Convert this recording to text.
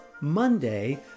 Monday